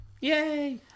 Yay